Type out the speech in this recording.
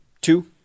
Two